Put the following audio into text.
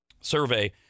survey